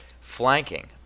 flanking